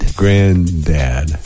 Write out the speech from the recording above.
granddad